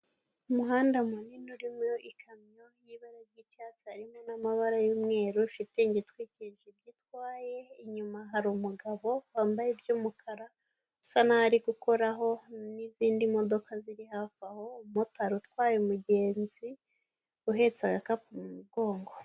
Umuhanda munini urimo ikamyo y'ibara ry'icyatsi, harimo n'amabara y'umweru shitingi itwikije ibyo itwaye, inyuma hari umugabo wambaye iby'umukara, usa nk'aho ari gukoraho n'izindi modoka ziri hafi aho, umumotari utwaye umugenzi uhetse agakapu mu mugongo.